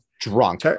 drunk